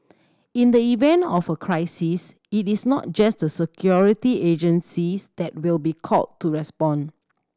in the event of a crisis it is not just the security agencies that will be called to respond